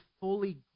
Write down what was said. fully